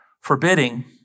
forbidding